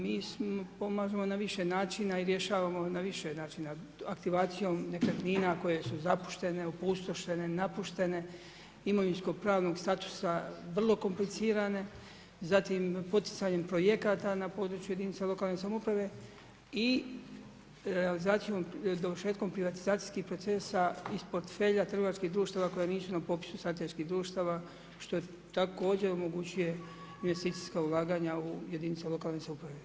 Mi pomažemo na više načina i rješavamo na više načina, aktivacijom nekretnina koje su zapuštene, opustošene, napuštene, imovinskog pravnog statusa vrlo komplicirane, zatim poticanje projekata na području jedinica lokalne samouprave i realizacijom, dovršetkom privatizacijskih procesa iz portfelja trgovačkih društava, koje nisu na popisu strateških društava, što također omogućuje investicijska ulaganja u jedinice lokalne samouprave.